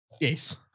Yes